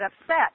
upset